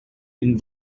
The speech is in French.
une